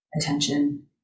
attention